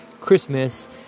Christmas